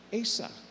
Asa